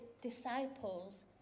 disciples